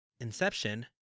Inception